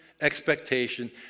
expectation